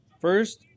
First